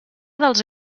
dels